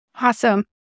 Awesome